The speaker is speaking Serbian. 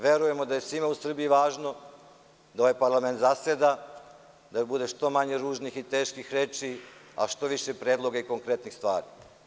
Verujemo da je svima u Srbiji važno da ovaj parlament zaseda, da bude što manje ružnih i teških reči, a što više predloga i konkretnih stvari.